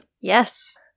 Yes